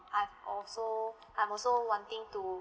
I'm also I'm also wanting to